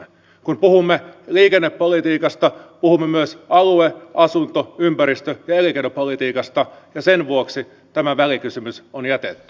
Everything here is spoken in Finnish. kun puhumme liikennepolitiikasta puhumme myös alue asunto ympäristö ja elinkeinopolitiikasta ja sen vuoksi tämä välikysymys on jätetty